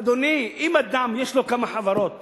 אדוני, אם אדם יש לו כמה חברות